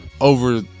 over